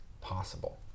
possible